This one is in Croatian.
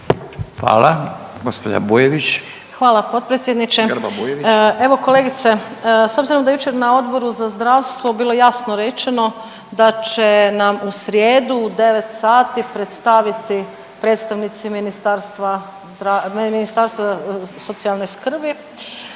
Maja (HDZ)** Hvala potpredsjedniče. Evo kolegice, s obzirom da je jučer na Odboru za zdravstvo bilo jasno rečeno da će nam u srijedu u 9 sati predstaviti predstavnici Ministarstva zdrav…,